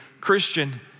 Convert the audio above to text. Christian